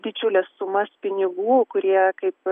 didžiules sumas pinigų kurie kaip